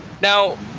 Now